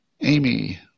Amy